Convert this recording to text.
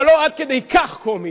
אבל לא עד כדי כך קומית.